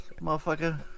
Motherfucker